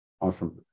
Awesome